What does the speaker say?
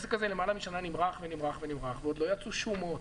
העסק הזה למעלה משנה נמרח ונמרח ועוד לא יצאו שומות.